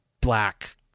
black